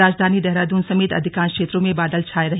राजधानी देहरादून समेत अधिकांश क्षेत्रों में बादल छाये रहे